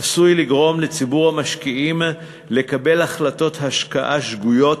עשוי לגרום לציבור המשקיעים לקבל החלטות השקעה שגויות,